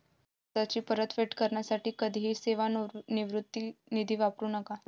कर्जाची परतफेड करण्यासाठी कधीही सेवानिवृत्ती निधी वापरू नका